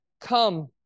come